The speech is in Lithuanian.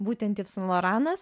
būtent yv saint loranas